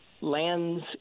lands